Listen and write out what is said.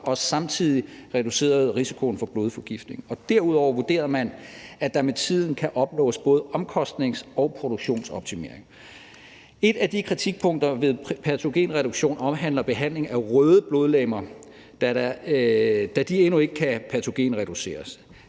og samtidig reducerede risikoen for blodforgiftning. Derudover vurderede man, at der med tiden kan opnås både omkostnings- og produktionsoptimering. Et af kritikpunkterne vedrørende patogenreduktion omhandler behandling af røde blodlegemer, da de endnu ikke kan patogenreduceres.